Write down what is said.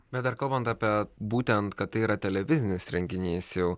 bet dar kalbant apie būtent kad tai yra televizinis renginys jau